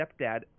stepdad